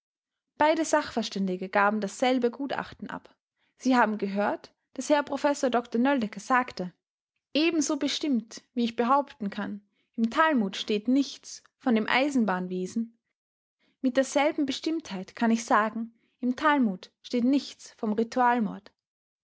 beide sachverständige gaben dasselbe gutachten ab sie haben gehört daß herr professor dr nöldecke sagte ebenso bestimmt wie ich behaupten kann im talmud steht nichts von dem eisenbahnwesen mit derselben bestimmtheit kann ich sagen im talmud steht nichts vom